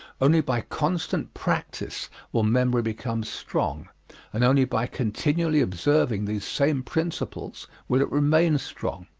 only by constant practise will memory become strong and only by continually observing these same principles will it remain strong.